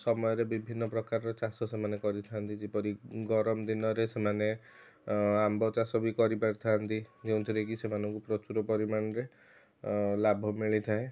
ସମୟରେ ବିଭିନ୍ନ ପ୍ରକାରର ଚାଷ ସେମାନେ କରିଥାନ୍ତି ଯେପରିକି ଗରମ ଦିନରେ ସେମାନେ ଆମ୍ବ ଚାଷ ବି କରି ପାରିଥାନ୍ତି ଯେଉଁଥିରେ କି ସେମାନଙ୍କୁ ପ୍ରଚୁର ପରିମାଣ ରେ ଲାଭ ମିଳିଥାଏ